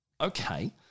Okay